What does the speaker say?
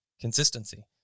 consistency